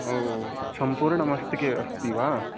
सम्पूर्ण मस्तके अस्ति वा